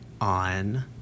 on